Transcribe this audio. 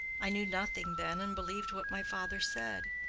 i knew nothing then, and believed what my father said.